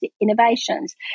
innovations